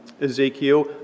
Ezekiel